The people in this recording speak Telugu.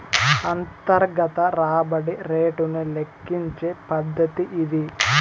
అంతర్గత రాబడి రేటును లెక్కించే పద్దతి ఇది